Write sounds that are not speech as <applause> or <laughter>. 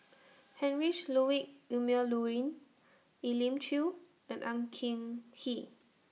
<noise> Heinrich Ludwig Emil Luering Elim Chew and Ang King He